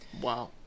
Wow